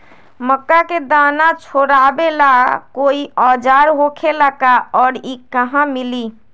मक्का के दाना छोराबेला कोई औजार होखेला का और इ कहा मिली?